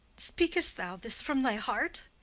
speak'st thou this from thy heart?